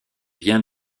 bien